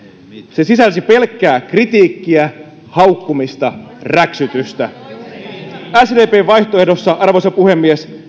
se sisälsi pelkkää kritiikkiä haukkumista räksytystä sdpn puhe arvoisa puhemies